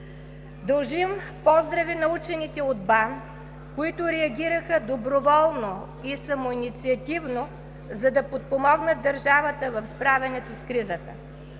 Дължим поздрави на учените от БАН, които реагираха доброволно и самоинициативно, за да подпомогнат държавата в справянето с кризата.